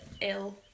ill